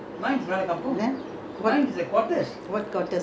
ya but yours is also uh not not kampung ah